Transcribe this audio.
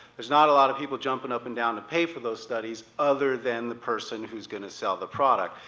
there's not a lot of people jumping up and down to pay for those studies, other than the person who's going to sell the product.